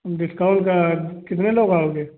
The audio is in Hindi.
डिस्काउंट का कितने लोग आओगे